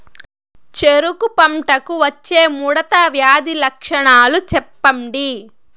చెరుకు పంటకు వచ్చే ముడత వ్యాధి లక్షణాలు చెప్పండి?